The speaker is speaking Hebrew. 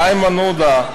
לאיימן עודה,